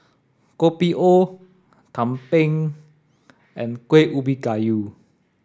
Kopi O Tumpeng and Kueh Ubi Kayu